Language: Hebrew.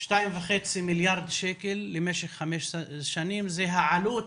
2.5 מיליארד שקל למשך 15 שנים, זו העלות